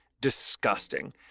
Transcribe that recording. disgusting